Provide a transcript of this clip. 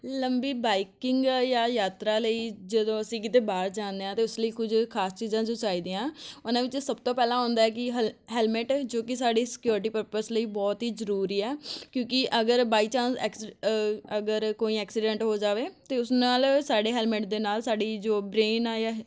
ਲੰਬੀ ਬਾਈਕਿੰਗ ਜਾਂ ਯਾਤਰਾ ਲਈ ਜਦੋਂ ਅਸੀਂ ਕਿਤੇ ਬਾਹਰ ਜਾਂਦੇ ਹਾਂ ਅਤੇ ਉਸ ਲਈ ਕੁਝ ਖਾਸ ਚੀਜ਼ਾਂ ਜੋ ਚਾਹੀਦੀਆਂ ਉਹਨਾਂ ਵਿੱਚ ਸਭ ਤੋਂ ਪਹਿਲਾਂ ਆਉਂਦਾ ਕਿ ਹੱਲ ਹੈਲਮੇਟ ਜੋ ਕਿ ਸਾਡੀ ਸਕਿਉਰਟੀ ਪਰਪਸ ਲਈ ਬਹੁਤ ਹੀ ਜ਼ਰੂਰੀ ਆ ਕਿਉਂਕਿ ਅਗਰ ਬਾਈ ਚਾਂਸ ਐਕਸੀ ਅਗਰ ਕੋਈ ਐਕਸੀਡੈਂਟ ਹੋ ਜਾਵੇ ਅਤੇ ਉਸ ਨਾਲ ਸਾਡੇ ਹੈਲਮਟ ਦੇ ਨਾਲ ਸਾਡੀ ਜੋ ਬ੍ਰੇਨ ਆ ਜਾਂ